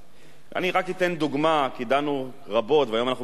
רק אתן דוגמה, כי דנו רבות, והיום אנחנו מסיימים